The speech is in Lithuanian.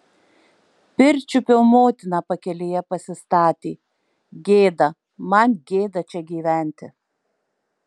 pirčiupio motiną pakelėje pasistatė gėda man gėda čia gyventi